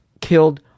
killed